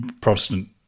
Protestant